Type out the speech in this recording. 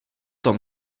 tom